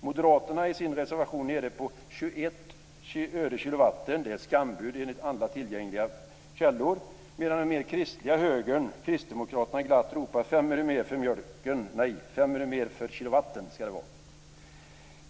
Moderaterna är i sin reservation nere på 21 öre per kilowatt, vilket är ett skambud enligt alla tillgängliga källor, medan kristdemokraterna glatt ropar: 5 öre mer för mjölken - nej,